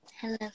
hello